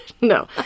no